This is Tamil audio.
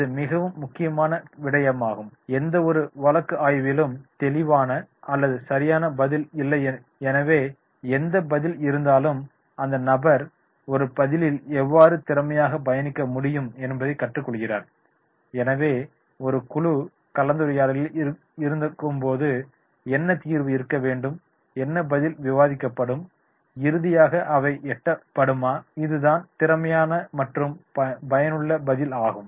இது மிகவும் முக்கியமான விடயமாகும் எந்தவொரு வழக்கு ஆய்விலும் தெளிவான அல்லது சரியான பதில் இல்லை எனவே எந்த பதில் இருந்தாலும் அந்த நபர் ஒரு பதிலில் எவ்வாறு திறமையாக பயணிக்க முடியும் என்பதைக் கற்றுக்கொள்கிறார் எனவே ஒரு குழு கலந்துரையாடலில் இருக்கும்போது என்ன தீர்வு இருக்க வேண்டும் என்ன பதில் விவாதிக்கப்படும் இறுதியாக அவை எட்டப்படுமா இதுதான் திறமையான மற்றும் பயனுள்ள பதில் ஆகும்